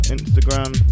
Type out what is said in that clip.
Instagram